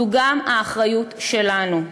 זו גם האחריות שלנו.